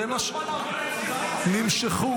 זה מה --- לא --- נמשכו